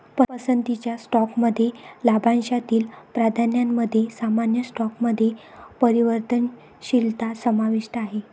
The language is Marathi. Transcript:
पसंतीच्या स्टॉकमध्ये लाभांशातील प्राधान्यामध्ये सामान्य स्टॉकमध्ये परिवर्तनशीलता समाविष्ट आहे